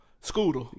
Scooter